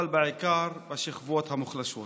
אבל בעיקר בשכבות המוחלשות.